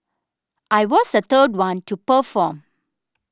I was the third one to perform